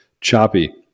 choppy